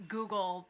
Google